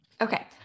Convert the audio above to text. Okay